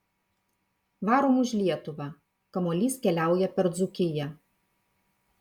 varom už lietuvą kamuolys keliauja per dzūkiją